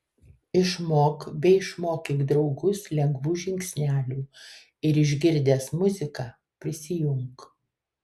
išmok bei išmokyk draugus lengvų žingsnelių ir išgirdęs muziką prisijunk